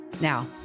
Now